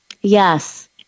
Yes